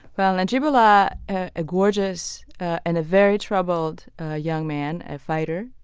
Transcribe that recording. but najibullah, a gorgeous and a very troubled ah young man, a fighter,